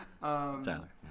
Tyler